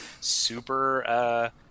super